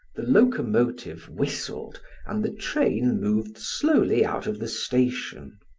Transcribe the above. the locomotive whistled and the train moved slowly out of the station.